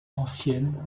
ancienne